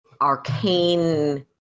arcane